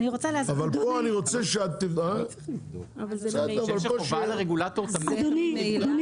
אבל פה אני רוצה ש --- אני חושב שחובה על הרגולטור תמיד לבדוק.